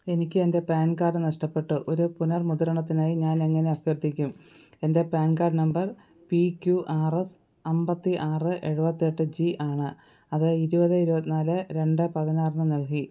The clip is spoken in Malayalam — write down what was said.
എനിക്കെന്റെ പാൻ കാഡ് നഷ്ടപ്പെട്ടു ഒരു പുനർ മുദ്രണത്തിനായി ഞാനെങ്ങനെ അഭ്യർത്ഥിക്കും എന്റെ PAN card number P Q R S അൻപത്തിയാറ് എഴുപത്തെട്ട് ജി ആണ് അത് ഇരുപത് ഇരുപത്തി നാല് രണ്ട് പതിനാറിനു നൽകി